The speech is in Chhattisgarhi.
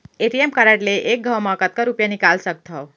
ए.टी.एम कारड ले एक घव म कतका रुपिया निकाल सकथव?